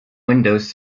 windows